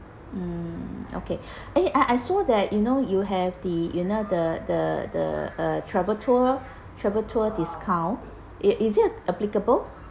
mm okay eh I saw that you know you have the you know the the the uh travel tour travel tour discount is is it applicable